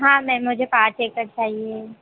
हाँ मैम मुझे पाँच एकड़ चाहिए